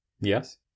Yes